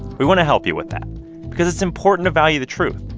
we want to help you with that because it's important to value the truth,